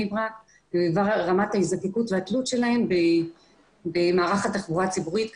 ברק ובדבר רמת ההזדקקות והתלות שלהם במערך התחבורה הציבורית,